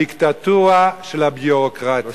הדיקטטורה של הביורוקרטיה.